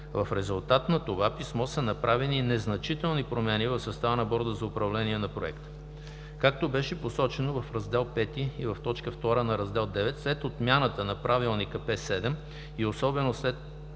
В резултат на това писмо са направени незначителни промени в състава на Борда за управление на проекта. Както беше посочено в Раздел V и в т. 2 на Раздел IX, след отмяната на Правилника П-7 (ПУЖЦОП) и особено след